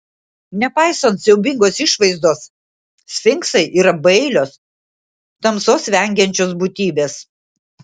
nepaisant siaubingos išvaizdos sfinksai yra bailios tamsos vengiančios būtybės